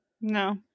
No